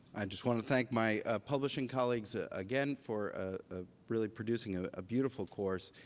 just want to thank my publishing colleagues again for ah ah really producing a ah beautiful course.